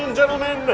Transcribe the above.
and gentlemen,